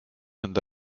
nende